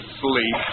sleep